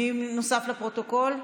מי נוסף לפרוטוקול: